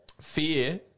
Fear